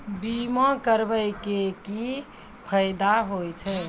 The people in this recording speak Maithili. बीमा करबै के की फायदा होय छै?